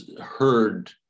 heard